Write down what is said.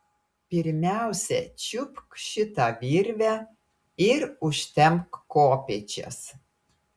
pirmiausia čiupk šitą virvę ir užtempk kopėčias